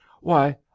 Why